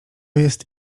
jest